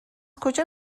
کجا